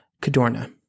Cadorna